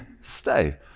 stay